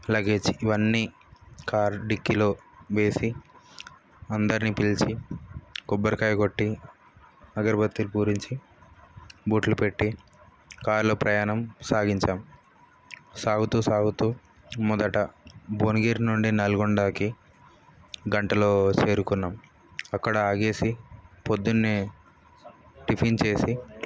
luggage ఇవన్నీ car డిక్కీలో వేసి అందరిని పిలిచి కొబ్బరికాయ కొట్టి అగరుబత్తి పూరించి బొట్లు పెట్టి కారులో ప్రయాణం సాగించాము సాగుతూ సాగుతూ మొదట బోనగిరి నుండి నల్గొండకి గంటలో చేరుకున్నాము అక్కడ ఆగేసి పొద్దున్నే టిఫిన్ చేసి